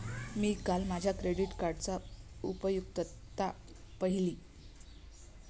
मी काल माझ्या क्रेडिट कार्डची उपयुक्तता पाहिली